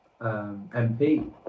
MP